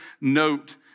note